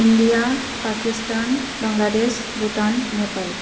India Pakistan Bangladesh Bhutan Nepal